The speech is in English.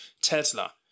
Tesla